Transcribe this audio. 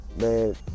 man